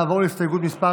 נעבור להסתייגות מס'